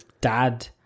dad